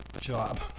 job